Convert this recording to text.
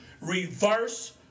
Reverse